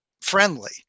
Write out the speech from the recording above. friendly